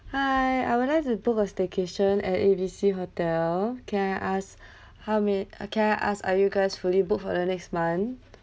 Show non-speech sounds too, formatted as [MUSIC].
hi I would like to book a staycation at A B C hotel can I ask [BREATH] how may can I ask are you guys fully booked for the next month